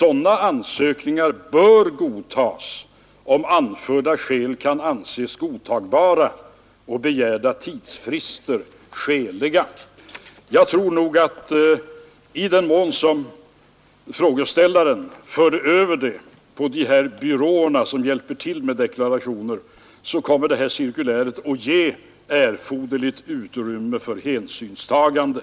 Sådana ansökningar bör godtas om anförda skäl kan anses godtagbara och begärda tidsfrister skäliga.” Jag tror att detta cirkulär kommer att ge erforderligt utrymme för hänsynstagande i vad avser det av frågeställaren upptagna spörsmålet om deklarationer som överförts till deklarationsbyråer.